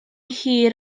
hir